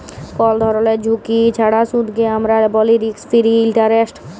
call ধরলের ঝুঁকি ছাড়া সুদকে আমরা ব্যলি রিস্ক ফিরি ইলটারেস্ট